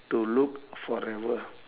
to look forever